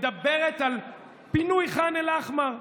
מדברת על פינוי ח'אן אל-אחמר.